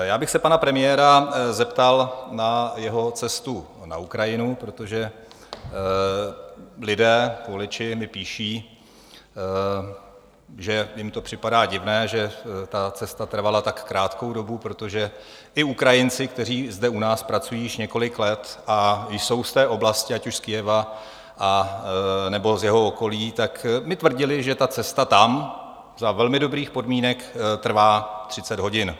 Já bych se pana premiéra zeptal na jeho cestu na Ukrajinu, protože lidé, voliči, mi píší, že jim to připadá divné, že ta cesta trvala tak krátkou dobu, protože i Ukrajinci, kteří zde u nás pracují už několik let a jsou z té oblasti, ať už z Kyjeva, nebo z jeho okolí, mi tvrdili, že ta cesta tam za velmi dobrých podmínek trvá třicet hodin.